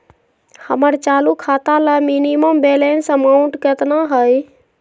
हमर चालू खाता ला मिनिमम बैलेंस अमाउंट केतना हइ?